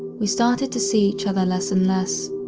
we started to see each other less and less.